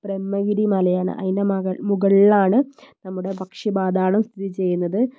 ബ്രഹ്മഗിരി മലയാണ് അതിന്റെ മുകളിലാണ് നമ്മുടെ പക്ഷിപാതാളം സ്ഥിതി ചെയ്യുന്നത്